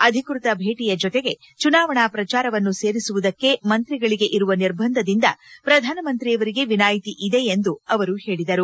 ಅಧಿಕೃತ ಭೇಟಿಯ ಜೊತೆಗೆ ಚುನಾವಣಾ ಪ್ರಚಾರವನ್ನು ಸೇರಿಸುವುದಕ್ಕೆ ಮಂತ್ರಿಗಳಗೆ ಇರುವ ನಿರ್ಬಂಧದಿಂದ ಪ್ರಧಾನಮಂತ್ರಿಯವರಿಗೆ ವಿನಾಯ್ತಿ ಇದೆ ಎಂದು ಅವರು ಹೇಳಿದರು